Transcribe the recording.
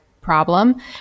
problem